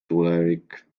tulevik